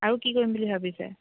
আৰু কি কৰিম বুলি ভাবিছে